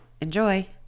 Enjoy